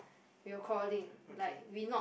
will calling like we not